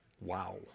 Wow